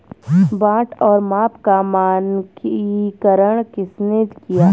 बाट और माप का मानकीकरण किसने किया?